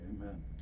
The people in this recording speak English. amen